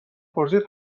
پرسید